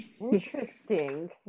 interesting